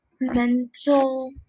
mental